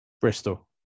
Bristol